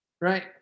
Right